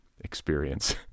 experience